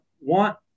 want